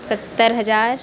सत्तर हजार